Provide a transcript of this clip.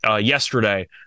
yesterday